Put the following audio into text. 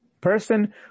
person